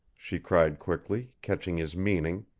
she cried quickly, catching his meaning.